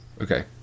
Okay